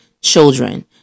children